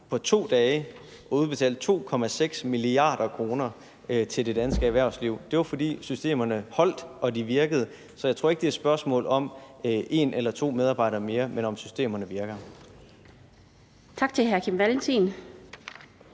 på 2 dage at udbetale 2,6 mia. kr. til det danske erhvervsliv: Det var, fordi systemerne holdt og virkede. Så jeg tror ikke, det er et spørgsmål om en eller to medarbejdere mere, men om, hvorvidt systemerne virker.